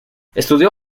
estudió